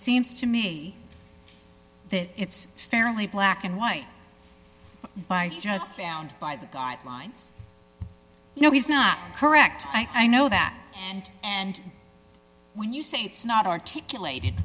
seems to me that it's fairly black and white by judge found by the guidelines you know he's not correct i know that and and when you say it's not articulated